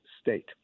state